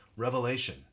Revelation